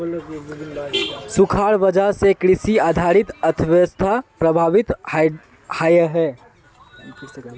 सुखार वजह से कृषि आधारित अर्थ्वैवास्था प्रभावित होइयेह